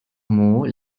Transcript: moor